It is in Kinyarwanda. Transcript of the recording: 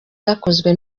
yakozwe